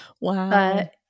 Wow